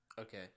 Okay